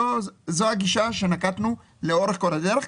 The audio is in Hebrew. זו הגישה בה נקטנו לאורך כל הדרך.